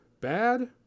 Bad